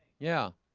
yeah,